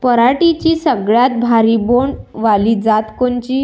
पराटीची सगळ्यात भारी बोंड वाली जात कोनची?